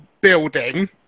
building